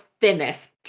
thinnest